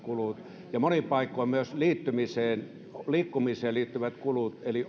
kulut ja monin paikoin myös liikkumiseen liikkumiseen liittyvät kulut eli